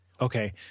Okay